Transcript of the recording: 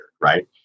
right